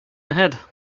ahead